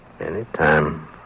Anytime